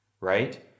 right